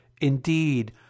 indeed